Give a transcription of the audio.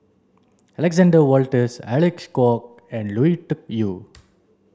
Alexander Wolters Alec Kuok and Lui Tuck Yew